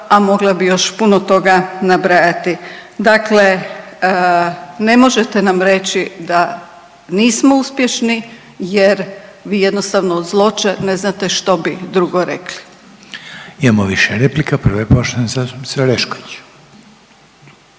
a mogla bi još puno toga nabrajati. Dakle, ne možete nam reći da nismo uspješni jer vi jednostavno od zloće ne znate što bi drugo rekli. **Reiner, Željko (HDZ)** Imamo više replika. Prva je poštovane zastupnice Orešković.